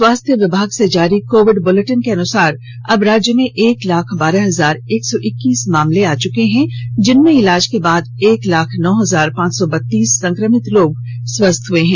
स्वास्थ्य विभाग से जारी कोविड बुलेटिन के अनुसार अब राज्य में एक लाख बारह हजार एक सौ इक्कीस मामले आ चुके हैं जिनमें इलाज के बाद एक लाख नौ हजार पांच सौ बत्तीस संक्रमित लोग स्वस्थ हुए हैं